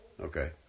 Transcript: Okay